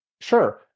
Sure